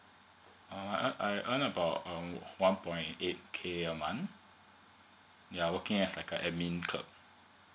uh I I earn about um one point eight k a month ya working as like a admin clerk